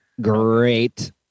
great